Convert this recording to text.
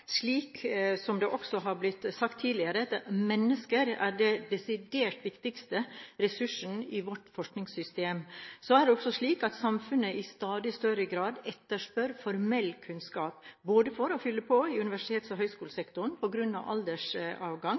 slik som det også har blitt sagt tidligere, at mennesker er den desidert viktigste ressursen i vårt forskningssystem. Så er det også slik at samfunnet i stadig større grad etterspør formell kunnskap, både for å «fylle på» i universitets- og høyskolesektoren på grunn av aldersavgang